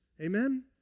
Amen